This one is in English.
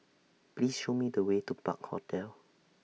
Please Show Me The Way to Park Hotel